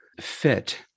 fit